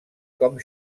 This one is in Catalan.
com